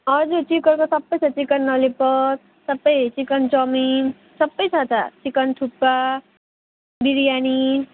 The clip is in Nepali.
हजुर चिकनको सबै छ चिकन ललिपप सबै चिकन चाउमिन सबै छ त चिकन थुक्पा बिरयानी